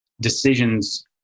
decisions